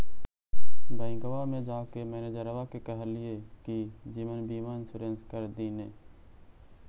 बैंकवा मे जाके मैनेजरवा के कहलिऐ कि जिवनबिमा इंश्योरेंस कर दिन ने?